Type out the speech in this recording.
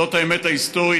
זאת האמת ההיסטורית,